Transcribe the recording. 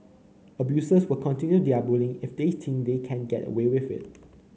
abusers will continue their bullying if they think they can get away with it